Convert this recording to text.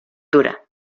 dura